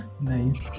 Nice